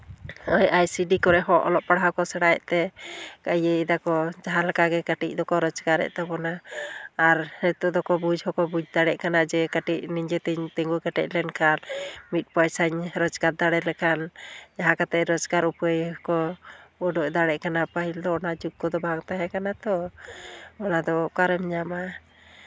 ᱱᱚᱜᱼᱚᱭ ᱟᱭᱥᱤᱰᱤ ᱠᱚᱨᱮᱜ ᱦᱚᱸ ᱚᱞᱚᱜ ᱯᱟᱲᱦᱟᱜ ᱠᱚ ᱥᱮᱬᱟᱭᱮᱫ ᱛᱮ ᱤᱭᱟᱹᱭ ᱫᱟᱠᱚ ᱡᱟᱦᱟᱸ ᱞᱮᱠᱟᱜᱮ ᱠᱟᱹᱴᱤᱡ ᱫᱚᱠᱚ ᱨᱳᱡᱽᱜᱟᱨᱮᱫ ᱛᱟᱵᱚᱱᱟ ᱟᱨ ᱱᱤᱛᱚᱜ ᱫᱚᱠᱚ ᱵᱩᱡᱽ ᱦᱚᱸᱠᱚ ᱵᱩᱡᱽ ᱫᱟᱲᱮᱭᱟᱜ ᱠᱟᱱᱟ ᱡᱮ ᱠᱟᱹᱴᱤᱡ ᱱᱤᱡᱮ ᱛᱤᱧ ᱛᱤᱸᱜᱩ ᱠᱮᱴᱮᱡ ᱞᱮᱱᱠᱷᱟᱱ ᱢᱤᱫ ᱯᱚᱭᱥᱟᱧ ᱨᱳᱡᱽᱜᱟᱨ ᱫᱟᱲᱮ ᱞᱮᱠᱷᱟᱱ ᱡᱟᱦᱟᱸ ᱠᱟᱛᱮᱫ ᱮᱥᱠᱟᱨ ᱩᱯᱟᱹᱭ ᱠᱚ ᱩᱰᱩᱜ ᱫᱟᱲᱮᱜ ᱠᱟᱱᱟ ᱯᱟᱹᱦᱤᱞ ᱫᱚ ᱚᱱᱟ ᱡᱩᱜᱽ ᱠᱚᱫᱚ ᱵᱟᱝ ᱛᱟᱦᱮᱸ ᱠᱟᱱᱟ ᱛᱚ ᱚᱱᱟ ᱫᱚ ᱚᱠᱟᱨᱮᱢ ᱧᱟᱢᱟ